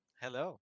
Hello